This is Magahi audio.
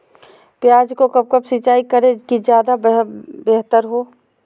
प्याज को कब कब सिंचाई करे कि ज्यादा व्यहतर हहो?